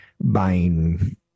buying